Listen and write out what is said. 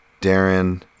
Darren